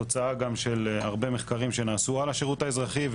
זאת תוצאה של הרבה מחקרים שנעשו על השירות האזרחי.